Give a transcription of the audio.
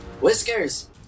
Whiskers